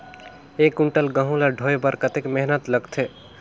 एक कुंटल गहूं ला ढोए बर कतेक मेहनत लगथे?